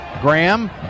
Graham